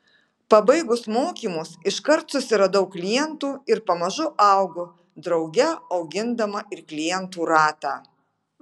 pabaigus mokymus iškart susiradau klientų ir pamažu augu drauge augindama ir klientų ratą